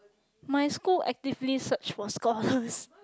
my school activity search for scholars